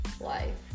life